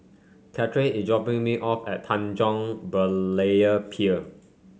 Cathryn is dropping me off at Tanjong Berlayer Pier